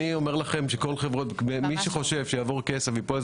אני אומר לכם שמי שחושב שיעבור כסף מפוליסות